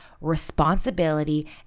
responsibility